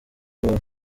iwabo